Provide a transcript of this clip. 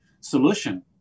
solution